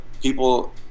people